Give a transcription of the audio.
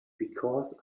because